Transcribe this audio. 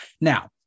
Now